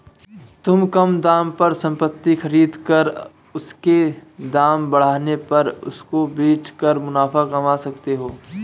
तुम कम दाम पर संपत्ति खरीद कर उसके दाम बढ़ने पर उसको बेच कर मुनाफा कमा सकते हो